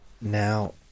Now